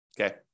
Okay